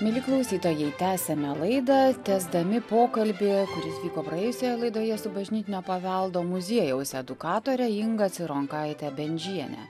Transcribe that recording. mieli klausytojai tęsiame laidą tęsdami pokalbį kuris vyko praėjusioje laidoje su bažnytinio paveldo muziejaus edukatore inga cironkaite bendžiene